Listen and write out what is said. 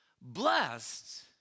Blessed